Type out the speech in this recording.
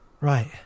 Right